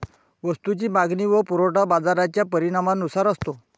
वस्तूची मागणी व पुरवठा बाजाराच्या परिणामानुसार असतो